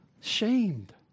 shamed